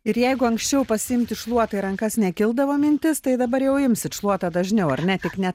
ir jeigu anksčiau pasiimti šluotą į rankas nekildavo mintis tai dabar jau imsit šluotą dažniau ar ne tik ne